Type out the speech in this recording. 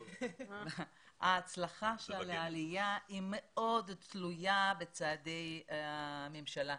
- ההצלחה של העלייה היא מאוד תלויה בצעדי הממשלה.